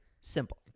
simple